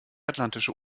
atlantische